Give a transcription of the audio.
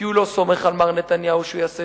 כי הוא לא סומך על מר נתניהו שהוא יעשה